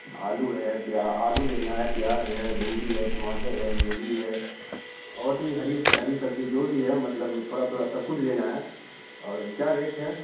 آلو ہے آلو لینا ہے پیاز ہے بھنڈی ہے ٹماٹر ہے گوبھی ہے اور بھی حریص ہری سبزی جو بھی ہے مطلب تھورا تھورا سب کچھ لینا ہے اور کیا ریٹ ہے